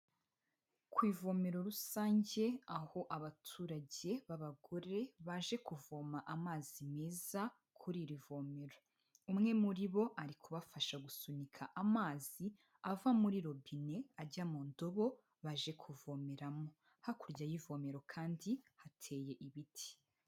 Ku ivomero rusange aho abaturage b'abagore baje kuvoma amazi meza kuri iri vomero, umwe muri bo ari kubafasha gusunika amazi ava muri robine ajya mu ndobo baje kuvomeramo, hakurya y'ivomero kandi hateye ibiti.